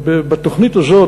בתוכנית הזאת,